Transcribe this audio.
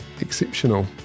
exceptional